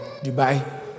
Dubai